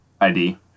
ID